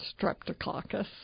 Streptococcus